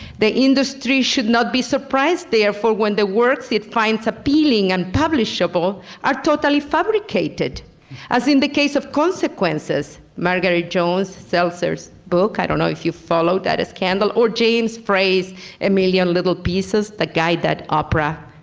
the industry should not be surprised therefore when the works they had find appealing and publishable are totally fabricated as in the case of consequences, margaret jones, seltzer's book, i don't know if you followed that scandal, or james frey's a million little pieces the guy that oprah